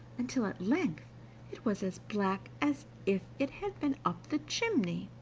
until at length it was as black as if it had been up the chimney.